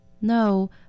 No